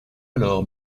alors